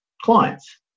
clients